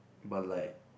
but like